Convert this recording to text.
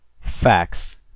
facts